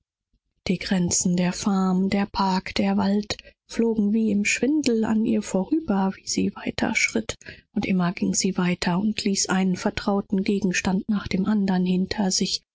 die grenzen der farmbesitzung die gebüsche die waldung schwanden dämmernd an ihr vorüber während sie weiter schritt aber sie hielt nicht an sie eilte vorwärts einen vertrauten gegenstand nach dem andern hinter sich